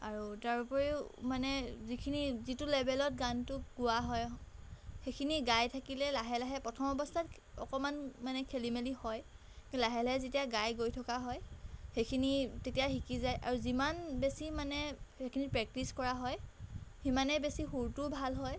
আৰু তাৰোপৰিও মানে যিখিনি যিটো লেভেলত গানটো গোৱা হয় সেইখিনি গাই থাকিলে লাহে লাহে প্ৰথম অৱস্থাত অকণমান মানে খেলি মেলি হয় কিন্তু লাহে লাহে যেতিয়া গাই গৈ থকা হয় সেইখিনি তেতিয়া শিকি যায় আৰু যিমান বেছি মানে সেইখিনি প্ৰেক্টিচ কৰা হয় সিমানেই বেছি সুৰটোও ভাল হয়